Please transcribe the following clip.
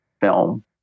film